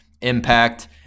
impact